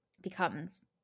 becomes